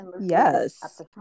yes